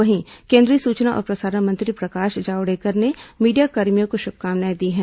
वहीं केंद्रीय सूचना और प्रसारण मंत्री प्रकाश जावडेकर ने मीडियाकर्मियों को शुभकामनाएं दी हैं